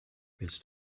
willst